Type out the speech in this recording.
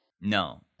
No